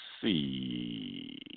see